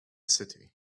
city